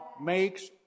makes